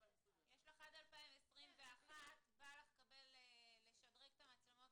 יש לך עד 2021. בא לך לשדרג את המצלמות,